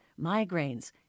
migraines